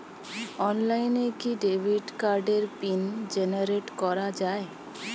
অনলাইনে কি ডেবিট কার্ডের পিন জেনারেট করা যায়?